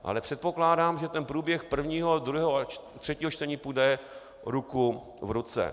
Ale předpokládám, že ten průběh prvního, druhého a třetího čtení půjde ruku v ruce.